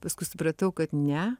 paskui supratau kad ne